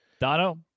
Dono